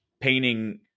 painting